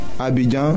Abidjan